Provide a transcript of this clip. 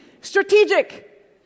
Strategic